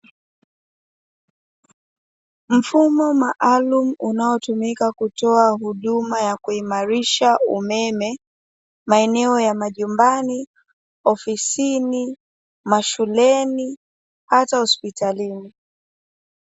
Mfumo maalumu unaotumika kutoa huduma ya kuimarisha umeme, maeneo ya majumbani, ofisini, mashuleni hata hospitalini.